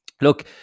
look